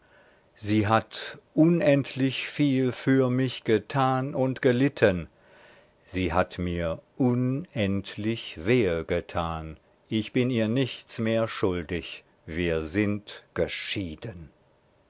sie hat unendlich viel für mich getan und gelitten sie hat mir unendlich wehe getan ich bin ihr nichts mehr schuldig wir sind geschieden